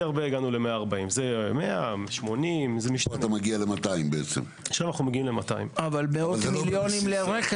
פעם ראשונה שממשלה הסירה אחריות מלהביא